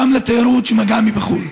גם לתיירות שמגיעה מחו"ל.